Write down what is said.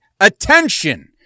Attention